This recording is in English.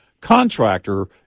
contractor